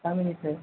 गामिनिफ्राइ